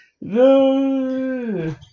No